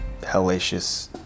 hellacious